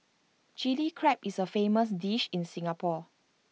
Chilli Crab is A famous dish in Singapore